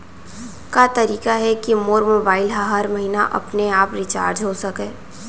का तरीका हे कि मोर मोबाइल ह हर महीना अपने आप रिचार्ज हो सकय?